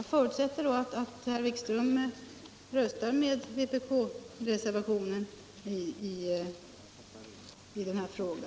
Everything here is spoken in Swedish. Jag förutsätter emellertid att herr Wikström med tanke på detta röstar för vpk-reservationen i denna fråga.